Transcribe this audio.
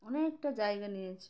অনেকটা জায়গা নিয়েছে